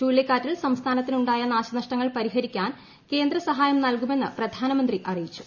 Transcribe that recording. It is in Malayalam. ചുഴലിക്കാറ്റിൽ സംസ്ഥാനത്തിന് ഉണ്ട്ടാ്യ് നാശനഷ്ടങ്ങൾ പരിഹരിക്കാൻ കേന്ദ്ര സഹായും നൽകുമെന്ന് പ്രധാനമന്ത്രി അറിയിച്ചു